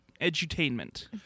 edutainment